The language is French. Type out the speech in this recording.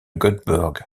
göteborg